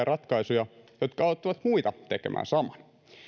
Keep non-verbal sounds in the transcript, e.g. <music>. <unintelligible> ratkaisuja jotka auttavat muita tekemään saman